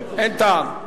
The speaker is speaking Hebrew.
אין טעם.